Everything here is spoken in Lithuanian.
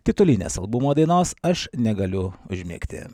titulinės albumo dainos aš negaliu užmigti